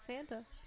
Santa